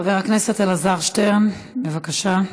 חבר הכנסת אלעזר שטרן, בבקשה.